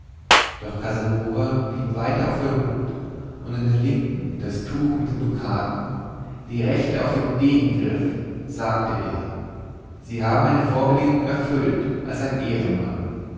doch casanova blieb weiter auf seiner hut und in der linken das tuch mit den dukaten die rechte auf dem degengriff sagte er sie haben meine vorbedingung erfüllt als ein ehrenmann